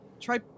Try